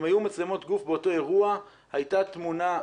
אם היו מצלמות גוף באותו אירוע הייתה תמונה,